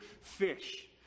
fish